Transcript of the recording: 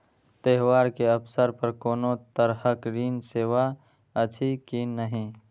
त्योहार के अवसर पर कोनो तरहक ऋण सेवा अछि कि नहिं?